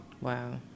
Wow